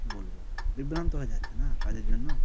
কী বলব বিভ্রান্ত হয়ে যাচ্ছে না কাজের জন্য